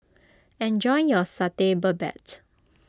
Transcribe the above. enjoy your Satay Babat